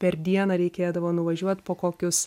per dieną reikėdavo nuvažiuoti po kokius